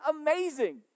amazing